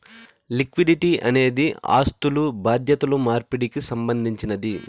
liquidity అనేది ఆస్థులు బాధ్యతలు మార్పిడికి సంబంధించినది